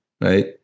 right